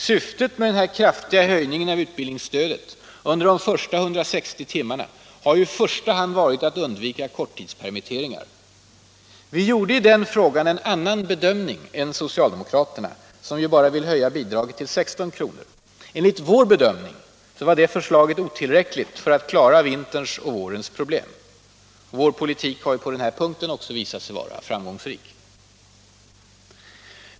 Syftet med denna kraftiga höjning av utbildningsstödet under de första 160 timmarna har ju i första hand varit att undvika korttidspermitteringar. Vi gjorde i denna fråga en annan bedömning än socialdemokraterna, som ju bara vill höja bidraget till 16 kr. Enligt vår bedömning var det förslaget otillräckligt för att klara vinterns och vårens problem. Vår politik har på den punkten också visat sig vara framgångsrik.